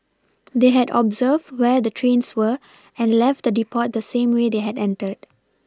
they had observed where the trains were and left the depot the same way they had entered